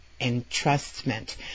entrustment